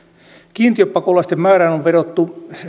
kiintiöpakolaisten määrään on vedottu